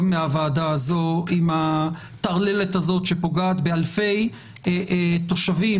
מהוועדה הזאת עם הטרללת הזאת שפוגעת באלפי תושבים,